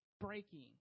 breaking